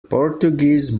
portuguese